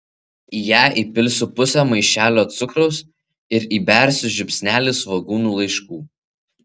į ją įpilsiu pusę maišelio cukraus ir įbersiu žiupsnelį svogūnų laiškų